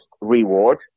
reward